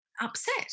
upset